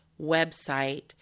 website